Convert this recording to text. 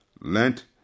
Lent